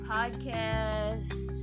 Podcast